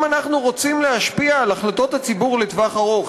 אם אנחנו רוצים להשפיע על החלטות הציבור לטווח ארוך,